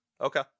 Okay